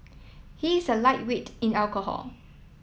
he is a lightweight in alcohol